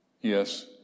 Yes